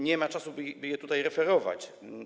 Nie ma czasu, by je tutaj referować.